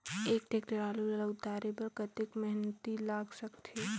एक टेक्टर आलू ल उतारे बर कतेक मेहनती लाग सकथे?